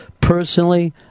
personally